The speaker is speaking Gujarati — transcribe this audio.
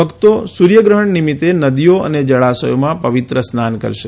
ભક્તો સૂર્યગ્રહણ નિમિત્તે નદીઓ અને જળાશયોમાં પવિત્ર સ્નાન કરશે